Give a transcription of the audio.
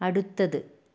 അടുത്തത്